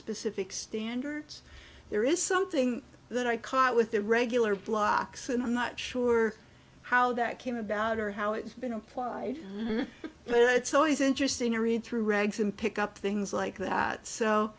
specific standards there is something that i caught with their regular blocks and i'm not sure how that came about or how it's been applied but it's always interesting to read through regs and pick up things like that